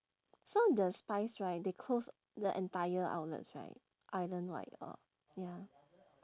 some of the spize right they close the entire outlets right island wide or ya